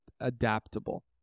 adaptable